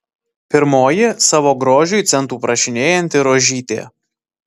pirmoji savo grožiui centų prašinėjanti rožytė